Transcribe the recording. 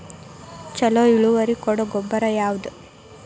ಛಲೋ ಇಳುವರಿ ಕೊಡೊ ಗೊಬ್ಬರ ಯಾವ್ದ್?